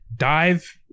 dive